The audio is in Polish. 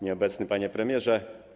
Nieobecny Panie Premierze!